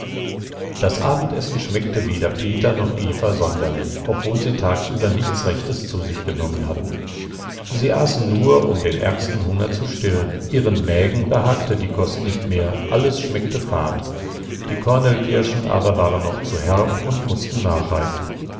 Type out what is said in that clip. das abendessen schmeckte weder peter noch eva sonderlich obwohl sie tagsüber nichts rechtes zu sich genommen hatten sie aßen nur um den ärgsten hunger zu stillen ihren mägen behagte die kost nicht mehr alles schmeckte fad die kornelkirschen aber waren noch zu herb und mußten nachreifen